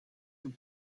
een